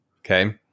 Okay